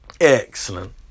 Excellent